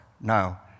now